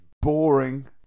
boring